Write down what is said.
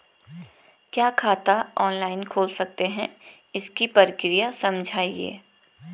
क्या खाता ऑनलाइन खोल सकते हैं इसकी प्रक्रिया समझाइए?